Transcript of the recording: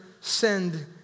send